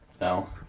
No